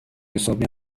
حسابی